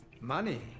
Money